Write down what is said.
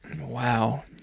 wow